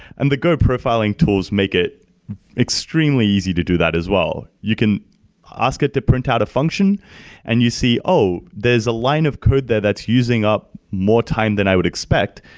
and the go profiling tools make it extremely easy to do that as well. you can ask it to print out a function and you see, oh! there's a line of code there that's using up more time than i would expect.